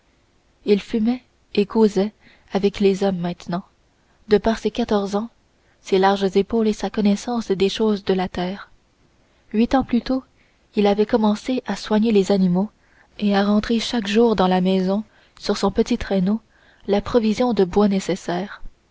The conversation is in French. il fumait et causait avec les hommes maintenant de par ses quatorze ans ses larges épaules et sa connaissance des choses de la terre huit ans plus tôt il avait commencé à soigner les animaux et à rentrer chaque jour dans la maison sur son petit traîneau la provision de bois nécessaire